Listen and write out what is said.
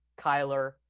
Kyler